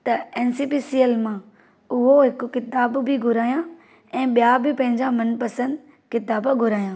त N C P C L मां उहो हिकु किताबु बि घुरायां ऐं ॿिया बि पंहिंजा मनपसंद किताब घुरायां